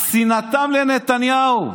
שנאתם לנתניהו.